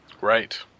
Right